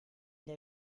der